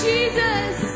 Jesus